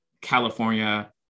california